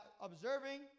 observing